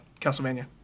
Castlevania